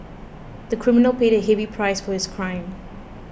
the criminal paid a heavy price for his crime